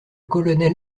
colonel